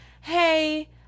hey